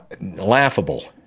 Laughable